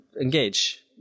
engage